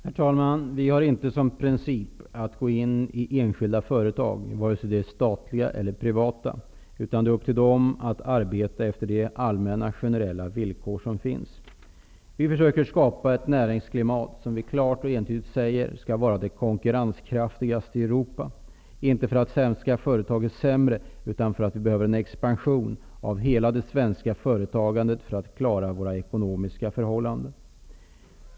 Herr talman! Vi har inte som princip att gå in i enskilda företag, vare sig statliga eller privata, utan det är deras sak att arbeta efter de allmänna, generella villkor som finns. Vi försöker skapa ett näringsklimat som vi klart och entydigt säger skall vara det mest konkurrenskraftiga i Europa. Anledningen är inte att svenska företag är sämre, utan att vi behöver en expansion av hela det svenska företagandet för att vi skall klara våra ekonomiska förhållanden.